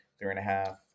three-and-a-half